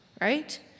right